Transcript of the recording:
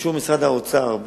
באישור משרד האוצר,